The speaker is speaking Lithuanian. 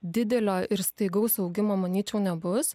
didelio ir staigaus augimo manyčiau nebus